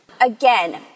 Again